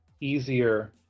easier